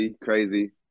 Crazy